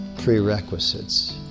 prerequisites